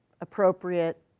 appropriate